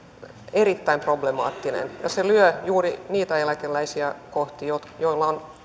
erittäin problemaattista ja se lyö juuri niitä eläkeläisiä kohti joilla on